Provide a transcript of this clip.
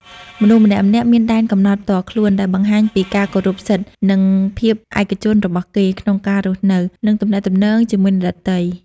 មនុស្សម្នាក់ៗមានដែនកំណត់ផ្ទាល់ខ្លួន ដែលបង្ហាញពីការគោរពសិទ្ធិ និងភាពឯកជនរបស់គេ ក្នុងការរស់នៅ និងទំនាក់ទំនងជាមួយអ្នកដទៃ។